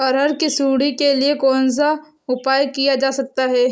अरहर की सुंडी के लिए कौन सा उपाय किया जा सकता है?